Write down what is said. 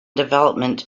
development